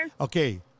Okay